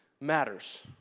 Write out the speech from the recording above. matters